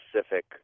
specific